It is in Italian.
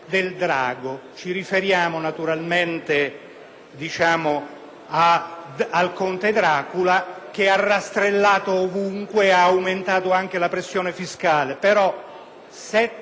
al conte Dracula che ha rastrellato ovunque e ha aumentato anche la pressione fiscale; però, 7 milioni di euro per aiutare gli studenti